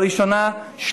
לראשונה,